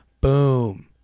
Boom